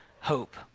hope